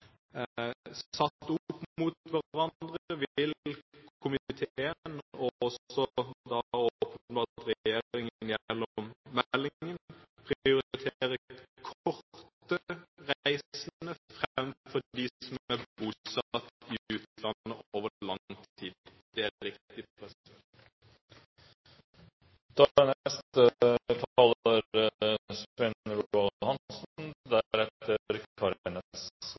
satt opp mot hverandre, vil komiteen, og åpenbart også regjeringen gjennom meldingen, prioritere nordmenn på korte reiser fremfor dem som er bosatt i utlandet over lang tid. Det er riktig. Takk til saksordfører for